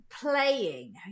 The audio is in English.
playing